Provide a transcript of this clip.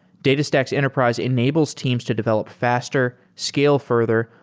datastax enterprise enables teams to develop faster, scale further,